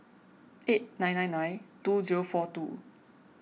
eight nine nine nine two zero four two